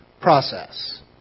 process